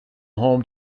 home